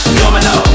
domino